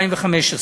לשנת 2015